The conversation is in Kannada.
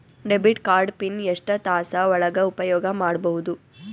ಡೆಬಿಟ್ ಕಾರ್ಡ್ ಪಿನ್ ಎಷ್ಟ ತಾಸ ಒಳಗ ಉಪಯೋಗ ಮಾಡ್ಬಹುದು?